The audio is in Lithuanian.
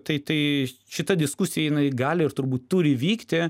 tai tai šita diskusija jinai gali ir turbūt turi vykti